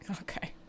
okay